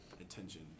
attention